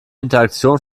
interaktion